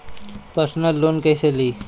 Personal loan कैसे ली?